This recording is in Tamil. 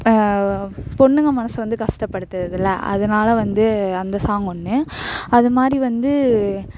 பொண்ணுங்கள் மனதை வந்து கஷ்டப்படுத்துறதுல அதனால வந்து அந்த சாங் ஒன்று அதுமாதிரி வந்து